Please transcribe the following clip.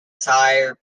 shire